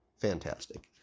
Fantastic